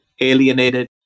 alienated